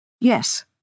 Yes